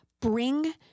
Bring